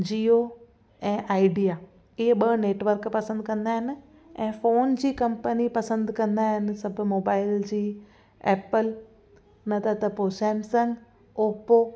जीओ ऐं आइडिया इहे ॿ नैटवर्क पसंदि कंदा आहिनि ऐं फोन जी कंपनी पसंदि कंदा आहिनि सभु मोबाइल जी ऐप्पल न त त पोइ सैमसंग ओपो